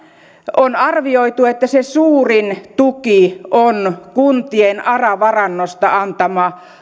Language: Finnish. on arvioitu että se suurin tuki on kuntien ara varannosta antama